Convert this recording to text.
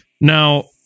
Now